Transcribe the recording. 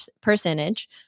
percentage